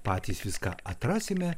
patys viską atrasime